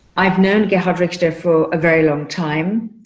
i've known haddrick staff for a very long time,